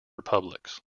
republics